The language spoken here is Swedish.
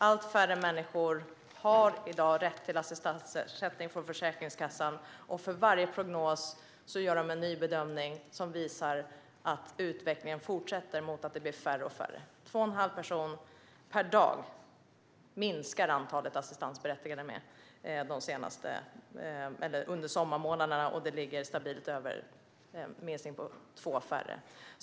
Allt färre människor har i dag rätt till assistansersättning från Försäkringskassan, och för varje prognos gör de en ny bedömning som visar att utvecklingen fortsätter - det blir färre och färre. Två och en halv person per dag minskade antalet assistansberättigade med under sommarmånaderna, och minskningen ligger stabilt över två.